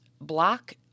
block